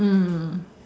mm